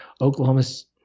Oklahoma's –